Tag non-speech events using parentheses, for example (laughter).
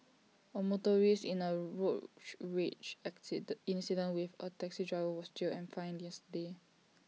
A motorist in A road (unintelligible) rage accident incident with A taxi driver was jailed and fined yesterday